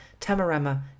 Tamarama